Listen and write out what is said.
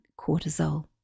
cortisol